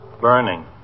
Burning